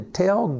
tell